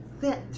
fit